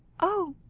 oh!